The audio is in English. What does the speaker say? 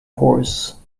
horse